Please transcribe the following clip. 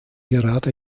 gerade